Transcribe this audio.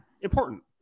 important